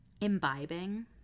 Imbibing